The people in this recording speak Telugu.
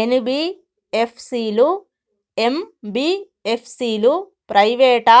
ఎన్.బి.ఎఫ్.సి లు, ఎం.బి.ఎఫ్.సి లు ప్రైవేట్ ఆ